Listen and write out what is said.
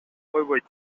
койбойт